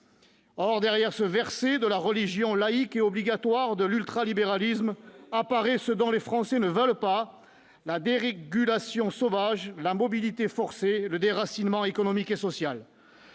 Or, derrière ce verset de la religion laïque et obligatoire de l'ultralibéralisme, apparaît ce dont les Français ne veulent pas : la dérégulation sauvage, la mobilité forcée, le déracinement économique et social.